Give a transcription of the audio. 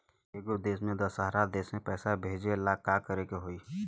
एगो देश से दशहरा देश मे पैसा भेजे ला का करेके होई?